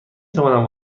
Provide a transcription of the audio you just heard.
توانم